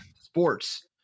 sports